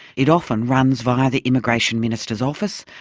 it often runs via the immigration minister's office,